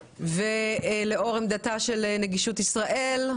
לאור עמדתה של נגישות ישראל,